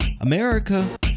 America